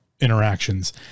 Interactions